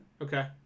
okay